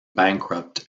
bankrupt